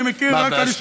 אני מכיר רק אנשים,